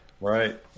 Right